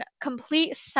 complete